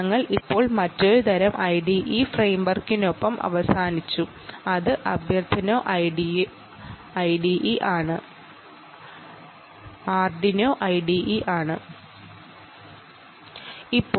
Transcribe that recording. ഞങ്ങൾ ഇപ്പോൾ മറ്റൊരു തരം IDE ഫ്രെയിംവർക്കായ ആർഡി നോ IDE ആണ് ഇപ്പോൾ അവസാനമായി ഉപയോഗിച്ചത്